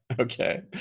Okay